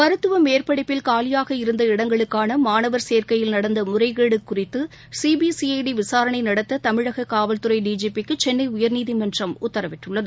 மருத்துவ மேற்படிப்பில் காலியாக இருந்த இடங்களுக்கான மாணவர் சேர்க்கையில் நடந்த முறைகேடு குறித்து சிபிசிஐடி விசாரணை நடத்த தமிழக காவல்துறை டிஜிபிக்கு சென்னை உயர்நீதிமன்றம் உத்தரவிட்டுள்ளது